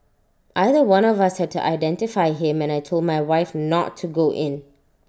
either one of us had to identify him and I Told my wife not to go in